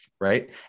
right